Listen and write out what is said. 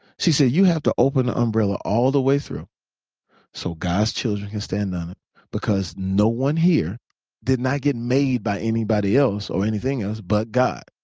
she said, you have to open the umbrella all the way through so god's children can stand under it because no one here did not get made by anybody else or anything else but god.